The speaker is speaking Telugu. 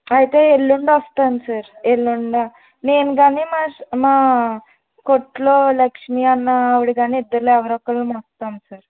అయితే ఎళ్ళుండి వస్తాను సార్ ఎళ్ళుండా నేను కాని మా మా కొట్టులో లక్ష్మీ అనే ఆవిడ కాని ఇద్దరిలో ఎవరో ఒకరం వస్తాం సర్